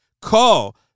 Call